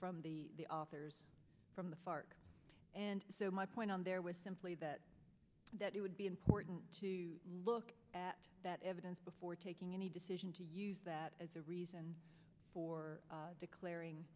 from the authors from the fark and so my point on there was simply that that it would be important to look at that evidence before taking any decision to use that as a reason for declaring